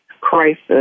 crisis